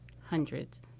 hundreds